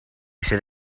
sydd